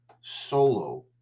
solo